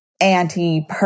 anti